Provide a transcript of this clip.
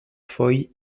foy